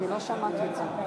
וגם חבר הכנסת כהן,